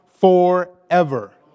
forever